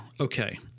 okay